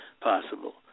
possible